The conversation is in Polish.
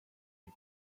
nie